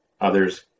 others